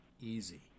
easy